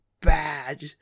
bad